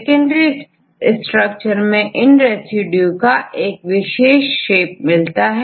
secondary structure में इन residue का विशेष शेप मिलता है